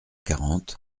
quarante